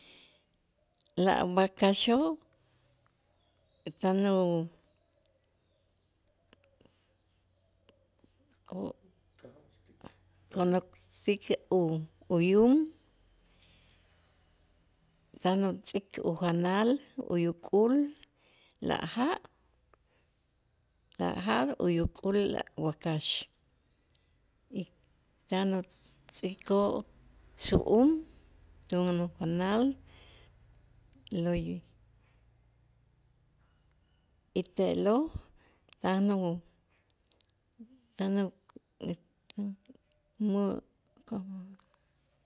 La wakaxoo' tan u- ukonoksik u- uyum tan utz'ik ujanal uyuk'ul laj jaab' laj jaab' uyuk'ul wakax y tan utz'ikoo' xu'um janal loy y te'lo' tan u tan u este mu